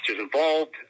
involved